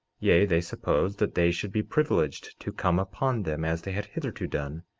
yea, they supposed that they should be privileged to come upon them as they had hitherto done